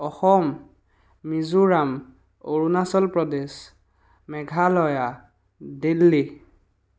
Assam Mizoram Arunachal Pradesh Meghalaya Delhi